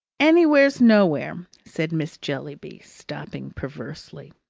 anywhere's nowhere, said miss jellyby, stopping perversely.